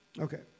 okay